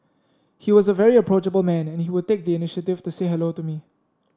he was a very approachable man and he would take the initiative to say hello to me